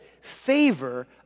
favor